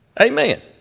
Amen